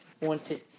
wanted